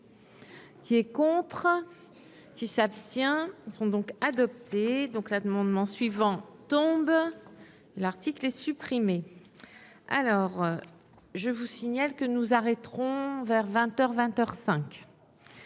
Qui est contre qui s'abstient, ils sont donc adopté, donc là de monde en suivant tombe l'article est supprimé, alors je vous signale que nous arrêterons vers 20